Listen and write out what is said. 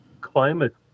climate